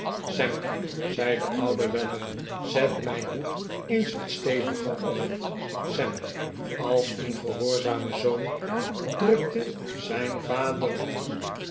sampje zei de oude weller zet mijn hoed eens wat steviger op sam als een gehoorzame zoon drukte zijn vader den hoed